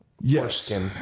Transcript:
Yes